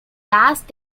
last